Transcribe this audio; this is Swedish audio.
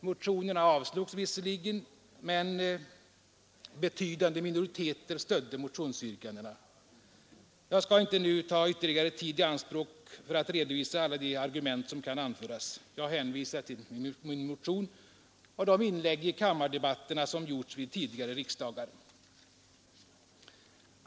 Motionerna avslogs visserligen, men betydande minoriteter stödde motionsyrkandena. Jag skall inte nu ta ytterligare tid i anspråk med att redovisa alla de argument som kan anföras. Jag hänvisar till min motion och till de inlägg i kammardebatten som gjorts vid tidigare riksdagar.